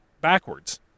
backwards